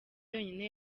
yonyine